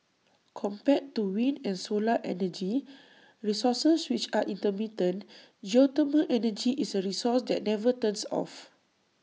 compared to wind and solar energy resources which are intermittent geothermal energy is A resource that never turns off